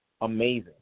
Amazing